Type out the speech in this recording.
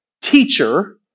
Teacher